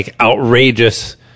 outrageous